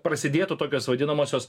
prasidėtų tokios vadinamosios